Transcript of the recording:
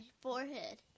forehead